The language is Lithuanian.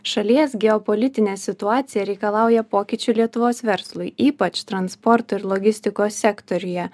šalies geopolitinė situacija reikalauja pokyčių lietuvos verslui ypač transporto ir logistikos sektoriuje